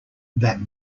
that